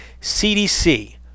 CDC